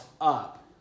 up